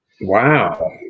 Wow